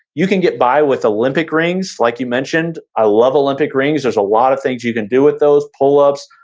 you can get by with olympic rings like you mentioned. i love olympic rings. there's a lot of things you can do with those, pull-ups,